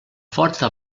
forta